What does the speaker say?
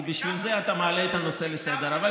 כי בשביל זה אתה מעלה את הנושא לסדר-היום.